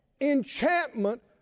enchantment